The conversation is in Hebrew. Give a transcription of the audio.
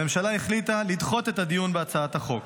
הממשלה החליטה לדחות את הדיון בהצעת החוק.